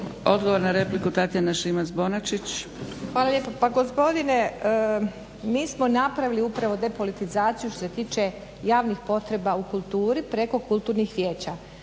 Bonačić, Tatjana (SDP)** Hvala lijepa. Pa gospodine, mi smo napravili upravo depolitizaciju što se tiče javnih potreba u kulturi preko kulturnih vijeća,